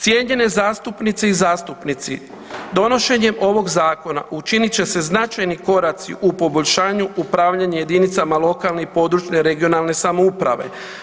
Cijenjene zastupnice i zastupnici, donošenjem ovog zakona učinit će se značajni koraci u poboljšanju upravljanja jedinicama lokalne i područne (regionalne) samouprave.